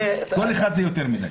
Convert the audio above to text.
כל אחד זה יותר מדי.